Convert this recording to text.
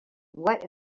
what